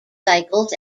cycles